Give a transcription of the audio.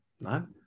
no